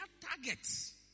targets